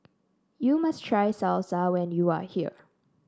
you must try Salsa when you are here